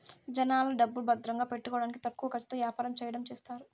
జనాల డబ్బులు భద్రంగా పెట్టుకోడానికి తక్కువ ఖర్చుతో యాపారం చెయ్యడం చేస్తారు